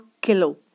kilo